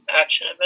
action